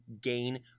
gain